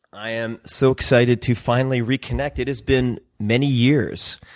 i am so excited to finally reconnect. it has been many years.